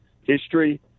History